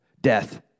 death